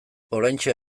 oraintxe